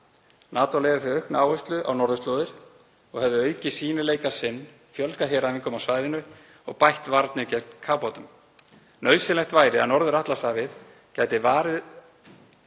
NATO legði því aukna áherslu á norðurslóðir og hefði aukið sýnileika sinn, fjölgað heræfingum á svæðinu og bætt varnir gegn kafbátum. Nauðsynlegt væri að Norður-Atlantshafið væri varið